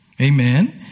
Amen